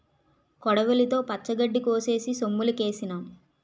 కొడవలితో పచ్చగడ్డి కోసేసి సొమ్ములుకేసినాం